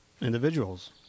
individuals